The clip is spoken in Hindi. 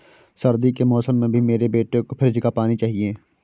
सर्दी के मौसम में भी मेरे बेटे को फ्रिज का पानी चाहिए